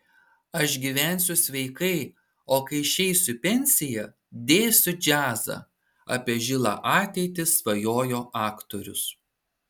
aš gyvensiu sveikai o kai išeisiu į pensiją dėsiu džiazą apie žilą ateitį svajojo aktorius